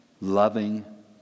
loving